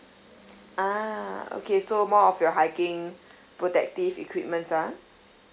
ah okay so more of your hiking protective equipments ah